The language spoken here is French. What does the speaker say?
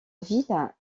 ville